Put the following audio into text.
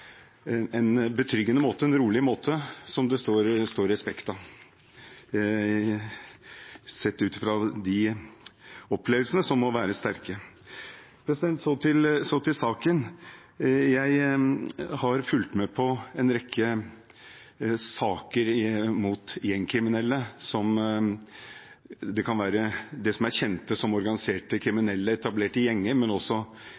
en betryggende og rolig måte som det står respekt av, sett ut ifra de opplevelsene, som må være sterke. Så til saken. Jeg har fulgt med på en rekke saker mot gjengkriminelle – det som er kjent som organiserte, etablerte kriminelle gjenger og også